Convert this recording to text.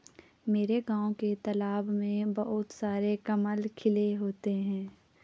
मेरे गांव के तालाब में बहुत सारे कमल खिले होते हैं